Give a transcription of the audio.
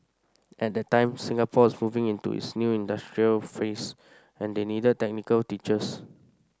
at that time Singapore's moving into its new industrialised phase and they needed technical teachers